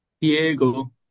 Diego